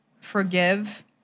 forgive